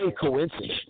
coincidence